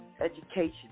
education